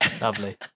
Lovely